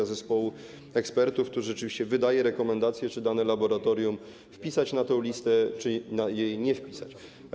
To zespół ekspertów, który rzeczywiście wydaje rekomendację, czy dane laboratorium wpisać na tę listę, czy nie wpisać.